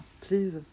Please